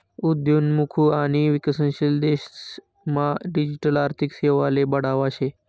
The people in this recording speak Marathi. उद्योन्मुख आणि विकसनशील देशेस मा डिजिटल आर्थिक सेवाले बढावा शे